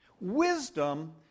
Wisdom